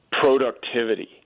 productivity